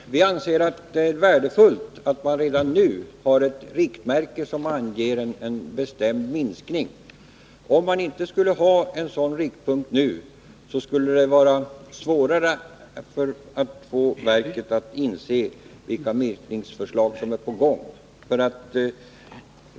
Herr talman! Vi anser att det är värdefullt att man redan nu har ett Arbetsskadeförriktmärke som anger en bestämd minskning. Om man inte skulle ha en sådan riktpunkt nu, skulle det vara svårare att få verket att inse vilka minskningsförslag som är på gång.